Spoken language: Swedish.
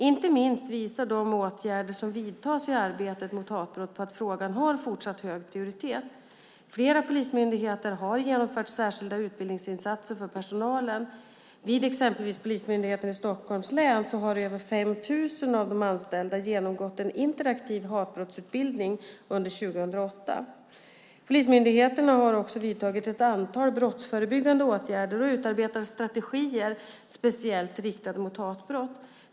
Inte minst visar alla de åtgärder som vidtas i arbetet mot hatbrott på att frågan har fortsatt hög prioritet. Flera polismyndigheter har genomfört särskilda utbildningsinsatser för personalen. Vid exempelvis Polismyndigheten i Stockholms län har över 5 000 av de anställda genomgått en interaktiv hatbrottsutbildning under 2008. Polismyndigheterna har också vidtagit ett antal brottsförebyggande åtgärder och utarbetat strategier speciellt riktade mot hatbrott.